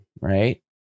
right